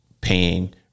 paying